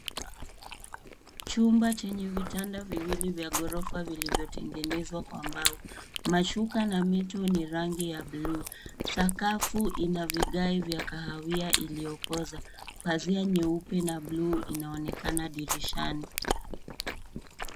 Chumba chenye vitanda viwili vya ghorofa vilivyotengenezwa kwa mbao. Mashuka na mito ni rangi ya buluu. Sakafu ina vigae vya kahawia iliyokoza. Pazia nyeupe na buluu inaonekana dirishani.